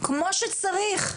כמו שצריך.